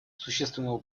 существенного